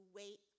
wait